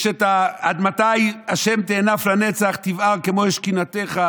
יש את "עד מתי ה' תנאף לנצח, תבער כמו אש קנאתך.